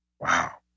wow